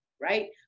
right